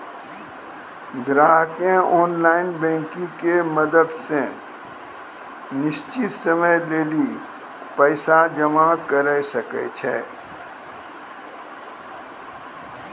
ग्राहकें online banking के मदत से निश्चित समय लेली पैसा जमा करै सकै छै